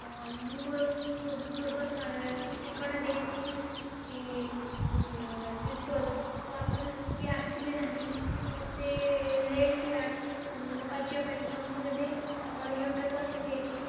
ହ ମୁଁ ମୋର ପୂର୍ବ ସ୍ଥାନ ଠିକଣା ଦେଇଥିଲି ତୀର୍ତ୍ତୋଲ ତ ଆପଣ ସେଠିକି ଆସଥିଲେ ନାହିଁ ତ ମୋତେ ଲେଟ୍ ହେଲା ମୋ କାର୍ଯ୍ୟ ପାଇଁ ତ ମୁଁ ଏବେ ମଣିଜଙ୍ଗାକୁ ଆସିଯାଇଛି